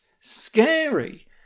scary